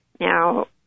Now